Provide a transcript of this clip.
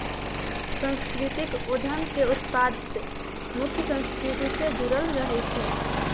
सांस्कृतिक उद्यम के उत्पाद मुख्य संस्कृति से जुड़ल रहइ छै